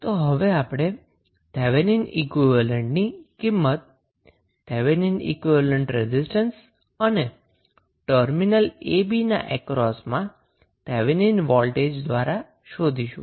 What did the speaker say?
તો હવે આપણે થેવેનિન ઈક્વીવેલેન્ટની કિંમત થેવેનીન ઈક્વીવેલેન્ટ રેઝિસ્ટન્સ અને ટર્મિનલ ab ના અક્રોસમાં થેવેનિન વોલ્ટેજ દ્વારા શોધીશું